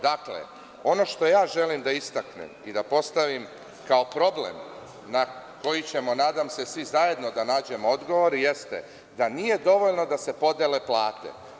Dakle, ono što želim da istaknem i da postavim kao problem na koji ćemo, nadam se, svi zajedno da nađemo odgovor jeste da nije dovoljno da se podele plate.